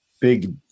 big